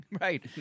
right